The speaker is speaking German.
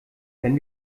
wenn